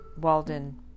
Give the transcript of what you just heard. Walden